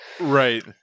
Right